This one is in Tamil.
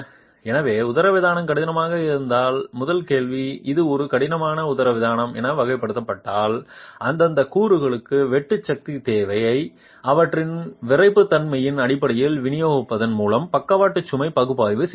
எனவே உதரவிதானம் கடினமானதாக இருந்தால் முதல் கேள்வி இது ஒரு கடினமான உதரவிதானம் என வகைப்படுத்தப்பட்டால் அந்தந்த கூறுகளுக்கு வெட்டு சக்தி தேவையை அவற்றின் விறைப்புத்தன்மையின் அடிப்படையில் விநியோகிப்பதன் மூலம் பக்கவாட்டு சுமை பகுப்பாய்வு செய்கிறீர்கள்